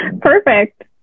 Perfect